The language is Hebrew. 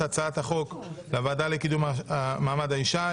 נשמעו הצעות במליאה להעביר את הצעת החוק לוועדה לקידום מעמד האישה.